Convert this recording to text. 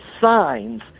signs